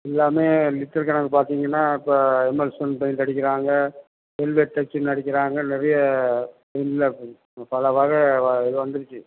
எல்லாமே லிட்டர் கணக்கு பார்த்தீங்கன்னா இப்போ எம்ஷன் பெயிண்ட் அடிக்கிறாங்க வெல்வெட் டச்சிங்னு அடிக்கிறாங்க நிறைய பல வகை வா இது வந்துடுச்சு